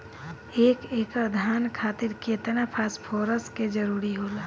एक एकड़ धान खातीर केतना फास्फोरस के जरूरी होला?